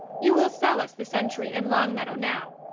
you will sell us the centry and longmeadow now,